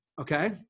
Okay